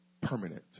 permanent